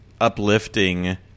uplifting